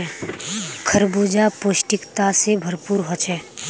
खरबूजा पौष्टिकता से भरपूर होछे